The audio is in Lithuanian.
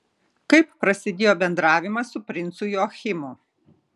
kaip prasidėjo bendravimas su princu joachimu